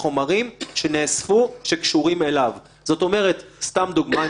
לצאת זכאי.